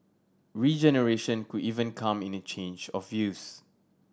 regeneration could even come in a change of use